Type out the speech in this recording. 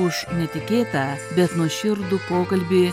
už netikėtą bet nuoširdų pokalbį